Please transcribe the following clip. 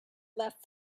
left